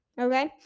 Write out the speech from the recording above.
Okay